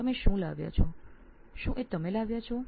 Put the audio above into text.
આપ શું લાવ્યા છો શું લાવ્યા છો